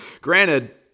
Granted